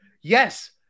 Yes